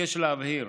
אבקש להבהיר